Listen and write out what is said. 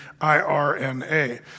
IRNA